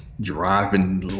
driving